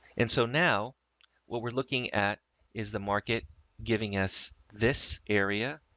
and so now what we're looking at is the market giving us this area,